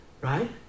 right